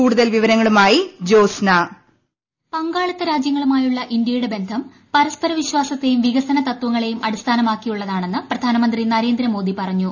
കൂടുതൽ വിവരങ്ങളുമായി ജോസ്ന പങ്കാളിത്ത രാജ്യങ്ങളുമായുള്ള ഇന്ത്യയുടെ ബന്ധം പരസ്പര വിശ്വാസത്തെയും വികസന തത്വങ്ങളെയും അടിസ്ഥാനമാക്കിയുള്ളതാണെന്ന് പ്രധാനമന്ത്രി നരേന്ദ്ര മോദി പറഞ്ഞു